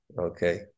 Okay